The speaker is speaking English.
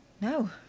No